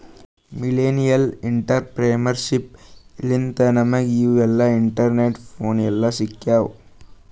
millennial entrepreneurship ಲಿಂತೆ ನಮುಗ ಈಗ ಇಂಟರ್ನೆಟ್, ಫೋನ್ ಎಲ್ಲಾ ಸಿಕ್ಯಾವ್